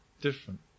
different